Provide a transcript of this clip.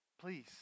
Please